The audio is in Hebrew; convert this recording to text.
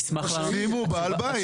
שימו בעל בית.